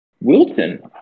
Wilson